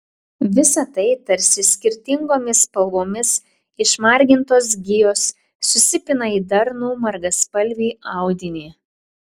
visa tai tarsi skirtingomis spalvomis išmargintos gijos susipina į darnų margaspalvį audinį